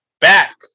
back